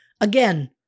Again